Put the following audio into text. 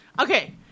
Okay